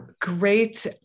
great